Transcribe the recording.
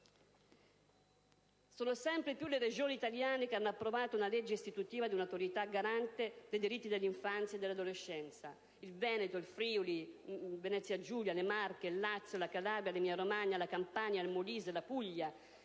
Sono sempre di più le Regioni italiane che hanno approvato una legge istitutiva di un'Autorità garante dei diritti dell'infanzia e dell'adolescenza: il Veneto, il Friuli-Venezia Giulia, le Marche, il Lazio, la Calabria, l'Emilia-Romagna, la Campania, il Molise, la Puglia,